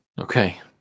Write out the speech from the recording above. Okay